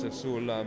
sul